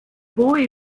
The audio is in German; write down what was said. hohe